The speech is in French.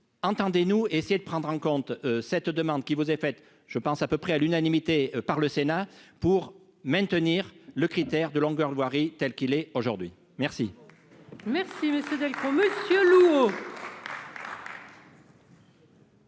entendez-nous essayer de prendre en compte cette demande qui vous est faite, je pense à peu près à l'unanimité par le Sénat pour maintenir le critère de longueur voirie telle qu'il est aujourd'hui merci.